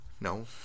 No